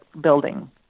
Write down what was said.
building